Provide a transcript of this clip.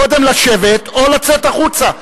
קודם לשבת, או לצאת החוצה.